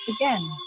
again